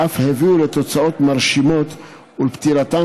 ואף הביאו לתוצאות מרשימות ולפתירתם